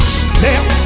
step